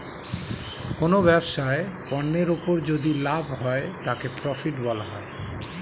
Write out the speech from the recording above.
কোনো ব্যবসায় পণ্যের উপর যদি লাভ হয় তাকে প্রফিট বলা হয়